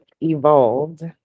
evolved